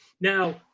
Now